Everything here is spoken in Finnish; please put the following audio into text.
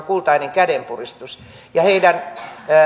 kultainen kädenpuristus ja heidän